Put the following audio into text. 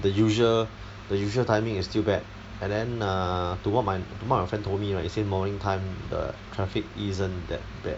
the usual the usual timing is still bad and then err to what my to what my friend told me right he say morning time the traffic isn't that bad